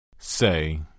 Say